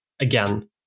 again